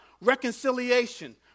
Reconciliation